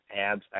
Abs